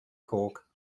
cork